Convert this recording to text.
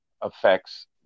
affects